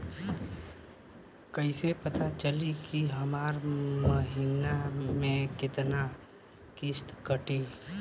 कईसे पता चली की हमार महीना में कितना किस्त कटी?